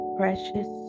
precious